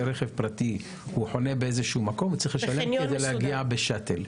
כדי להגיע בשאטל.